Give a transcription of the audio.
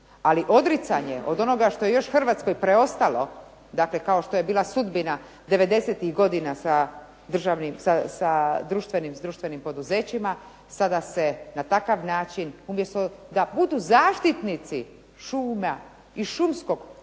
Ali odricanje od onoga što je još Hrvatskoj preostaloj, dakle kao što je bila sudbina devedesetih godina sa društvenim poduzećima. Sada se na takav način umjesto da budu zaštitnici šuma i šumskog područja,